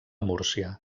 múrcia